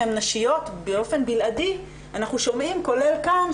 אנחנו מאוד מצרים על כל הסיטואציות האלו,